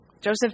Joseph